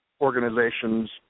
organizations